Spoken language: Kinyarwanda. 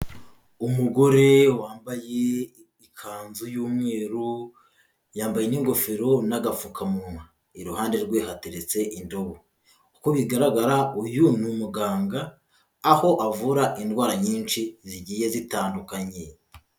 Umugore wambaye ikanzu y'umweru, yambaye n'ingofero n'agapfukamunwa, iruhande rwe hateretse indobo, uko bigaragara uyu ni umuganga aho avura indwara nyinshi zigiye zitandukanye.